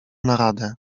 naradę